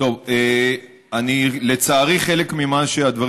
לצערי, חלק מהדברים